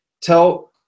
Tell